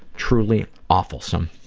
truly awfulsome.